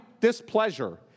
displeasure